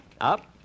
Up